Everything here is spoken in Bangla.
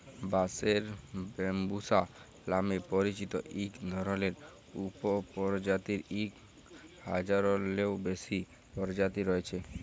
বাঁশের ব্যম্বুসা লামে পরিচিত ইক ধরলের উপপরজাতির ইক হাজারলেরও বেশি পরজাতি রঁয়েছে